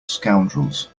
scoundrels